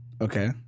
Okay